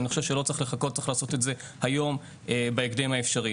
אני חושב שלא צריך לחכות צריך לעשות את זה היום בהקדם האפשרי.